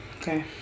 Okay